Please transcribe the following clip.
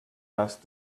asked